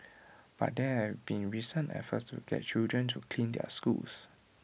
but there have been recent efforts to get children to clean their schools